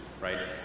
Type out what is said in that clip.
right